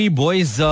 boys